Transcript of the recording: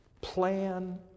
plan